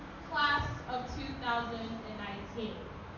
class of two thousand and nineteen,